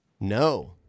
No